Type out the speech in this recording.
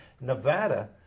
Nevada